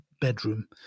bedroom